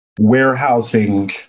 Warehousing